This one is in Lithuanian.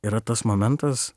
yra tas momentas